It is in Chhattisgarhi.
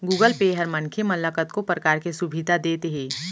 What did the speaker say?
गुगल पे ह मनखे मन ल कतको परकार के सुभीता देत हे